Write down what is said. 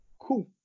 cool